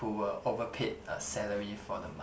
who were over paid a salary for the month